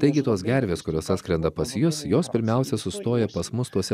taigi tos gervės kurios atskrenda pas jus jos pirmiausia sustoja pas mus tuose